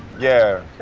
yeah.